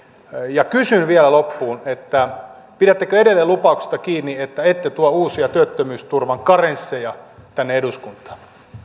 ja kysyn vielä loppuun pidättekö edelleen kiinni lupauksesta että ette tuo uusia työttömyysturvan karensseja tänne eduskuntaan